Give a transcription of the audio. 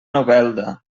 novelda